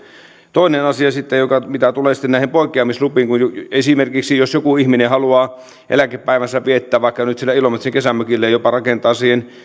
toinen asia mitä tulee sitten näihin poikkeamislupiin esimerkiksi jos joku ihminen haluaa eläkepäivänsä viettää vaikka siellä ilomantsin kesämökillä ja jopa rakentaa